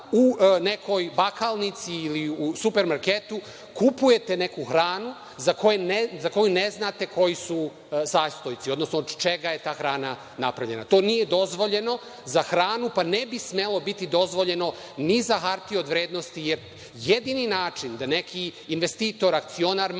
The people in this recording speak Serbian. u nekoj bakalnici ili u supermarketu kupujete neku hranu za koju ne znate koji su sastojci, odnosno od čega je ta hrana napravljena. To nije dozvoljeno za hranu, pa ne bi bilo dozvoljeno ni za hartije od vrednosti. Jedini način da neki investitor, akcionar,